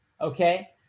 Okay